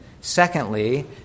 Secondly